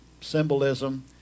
symbolism